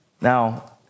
Now